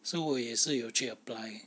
so 我也是有去 apply